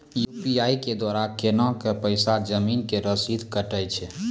UPI के द्वारा केना कऽ पैसा जमीन के रसीद कटैय छै?